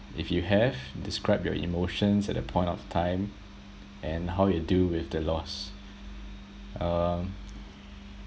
if you have describe your emotions at that point of time and how you deal with the loss um